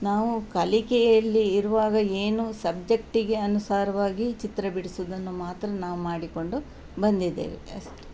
ನಾವು ಕಲಿಕೆಯಲ್ಲಿ ಇರುವಾಗ ಏನು ಸಬ್ಜೆಕ್ಟಿಗೆ ಅನುಸಾರವಾಗಿ ಚಿತ್ರ ಬಿಡಿಸುವುದನ್ನು ಮಾತ್ರ ನಾವು ಮಾಡಿಕೊಂಡು ಬಂದಿದ್ದೇವೆ ಅಷ್ಟೇ